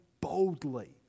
boldly